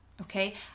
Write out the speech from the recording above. okay